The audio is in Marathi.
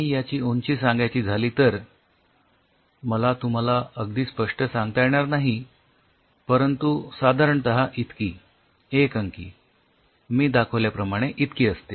आणि याचे उंची सांगायची झाली तर मला तुम्हाला अगदीच स्पष्ट सांगता येणार नाही परंतु साधारणतः इतकी एक अंकी मी दाखविल्याप्रमाणे इतकी असते